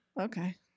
okay